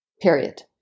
period